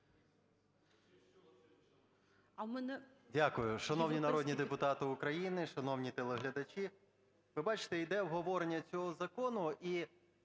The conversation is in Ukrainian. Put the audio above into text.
Дякую. Шановні народні депутати України, шановні телеглядачі! Ви бачите, йде обговорення цього закону,